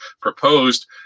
proposed